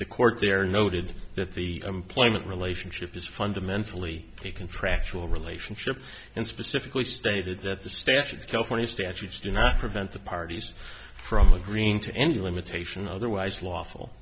the court there noted that the employment relationship is fundamentally a contractual relationship and specifically stated that the statute california statutes do not prevent the parties from the green to any limitation otherwise lawful